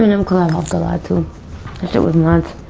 and i'm glad also lied to it was not